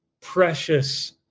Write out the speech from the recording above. precious